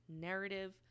narrative